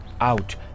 out